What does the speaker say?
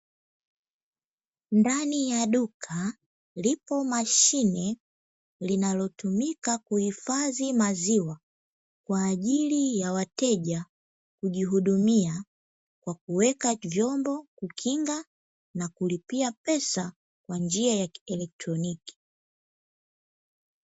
Ndani ya duka, lipo mashine linayotumika kuhifadhi maziwa kwa ajili ya wateja kujihudumia kwa kuweka chombo, kukinga na kulipia pesa kwa njia ya kieletroniki.